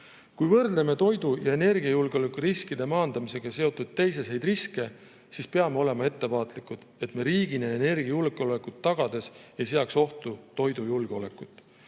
Kui võrdleme toidu‑ ja energiajulgeoleku riskide maandamisega seotud teiseseid riske, siis peame olema ettevaatlikud, et me riigina energiajulgeolekut tagades ei seaks ohtu toidujulgeolekut.